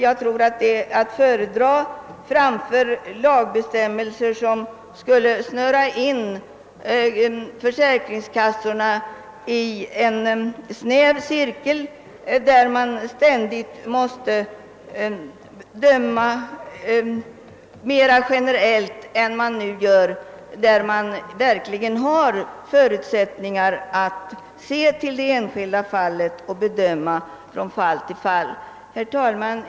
Jag tror att detta är att föredra framför lagbestämmelser, vilka skulle snöra in försäkringskassorna i en snäv cirkel, inom vilken man måste döma mera generellt än som nu sker då man har förutsättningar att se till det enskilda fallet och bedöma från fall till fall. Herr talman!